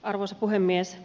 arvoisa puhemies